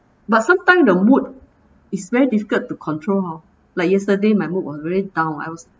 but sometime the mood is very difficult to control hor like yesterday my mood was very down I was